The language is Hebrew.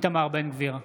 איתמר בן גביר,